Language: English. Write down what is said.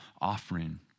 offering